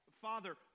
Father